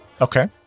Okay